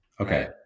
Okay